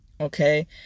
okay